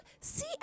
see